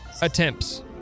attempts